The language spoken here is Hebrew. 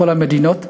בכל המדינות.